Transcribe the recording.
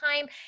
time